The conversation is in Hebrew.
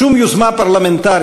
שום יוזמה פרלמנטרית,